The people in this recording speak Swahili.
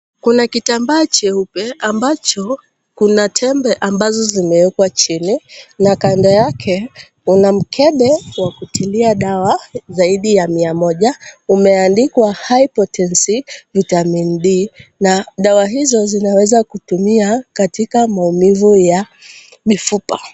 Kuna kitambaa cheupe ambacho kuna tembe ambazo zimewekwa chini na kando yake kuna mkebe wa kutilia dawa zaidi ya mia moja. Umeandikwa High-potency VITAMIN D na dawa hizo zinaweza kutumia katika maumivu ya mifupa.